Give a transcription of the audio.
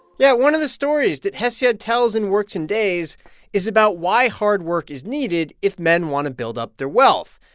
yeah. one of the stories that hesiod tells in works and days is about why hard work is needed if men want to build up their wealth.